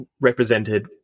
represented